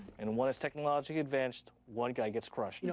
and one is technologically advanced, one guy gets crushed. you know,